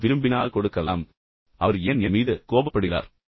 அவர் விரும்பினால் கொடுக்கலாம் ஆனால் அவர் ஏன் என் மீது கோபப்படுகிறார்